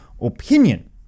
opinion